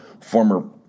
former